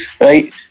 right